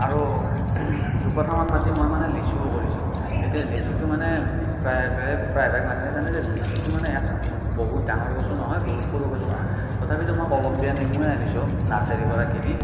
আৰু দুকঠামান মাটি মই মানে লিচুও কৰিছোঁ এতিয়া লিচুটো মানে প্ৰায়ভাগ মানুহে জানে যে লিচুটো মানে এক বহুত ডাঙৰ গছো নহয় বহুত সৰু গছো নহয় তথাপিতো মই কলম দিয়া নেমুৱে আনিছো নাৰ্চাৰীৰ পৰা কিনি